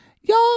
Y'all